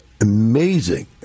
amazing